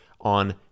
on